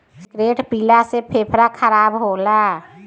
cigarette पियला से फेफड़ा खराब होला